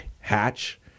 hatch